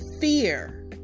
fear